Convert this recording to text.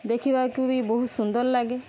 ଦେଖିବାକୁ ବି ବହୁତ ସୁନ୍ଦର ଲାଗେ